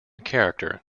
character